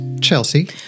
Chelsea